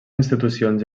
institucions